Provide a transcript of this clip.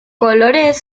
colores